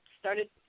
started